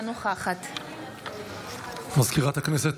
אינה נוכחת סגנית מזכיר הכנסת,